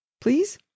please